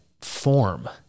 form